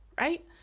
right